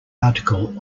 article